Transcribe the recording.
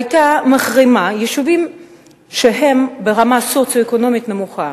היתה מחרימה יישובים שהם ברמה סוציו-אקונומית נמוכה?